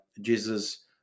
Jesus